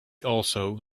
also